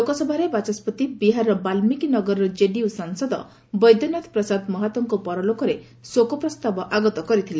ଲୋକସଭାରେ ବାଚସ୍କତି ବିହାରର ବାଲ୍ଲିକୀନଗରର ଜେଡିୟୁ ସାଂସଦ ବୈଦ୍ୟନାଥ ପ୍ରସାଦ ମାହତୋଙ୍କ ପରଲୋକରେ ଶୋକପ୍ରସ୍ତାବ ଆଗତ କରିଥିଲେ